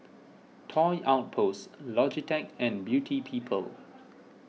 Toy Outpost Logitech and Beauty People